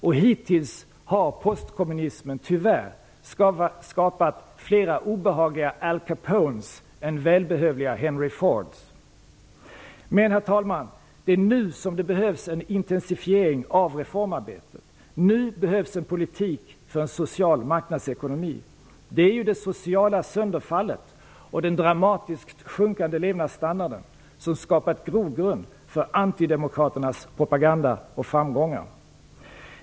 Och hittills har postkommunismen tyvärr skapat flera obehagliga Al Capone än välbehövliga Henry Ford. Men, herr talman, det är nu som det behövs en intensifiering av reformarbetet. Nu behövs en politik för en social marknadsekonomi. Det är ju det sociala sönderfallet och den dramatiskt sjunkande levnadsstandarden som skapat grogrund för antidemokraternas propaganda och framgångar.